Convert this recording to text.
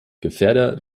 gefährder